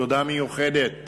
תודה מיוחדת